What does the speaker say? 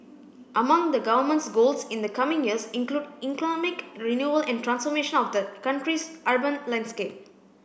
among the Government's goals in the coming years include economic renewal and transformation of the country's urban landscape